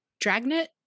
Dragnet